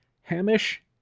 Hamish